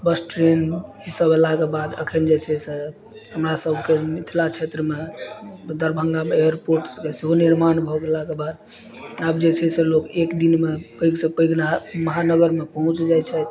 बस train ई सब एलाके बाद अखन जे छै से हमरा सबके मिथिला क्षेत्रमे दरभंगामे एयरपोर्ट सेहो निर्माण भऽ गेलाके बाद आब जे छै से लोक एक दिनमे पैघ सऽ पैघ महानगरमे पहुँच जाइ छथि